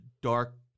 dark